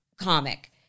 comic